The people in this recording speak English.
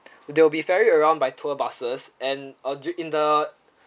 they will be vary around by tour buses and uh in the